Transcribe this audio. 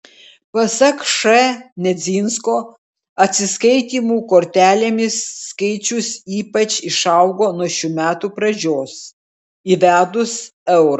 pasak š nedzinsko atsiskaitymų kortelėmis skaičius ypač išaugo nuo šių metų pradžios įvedus eurą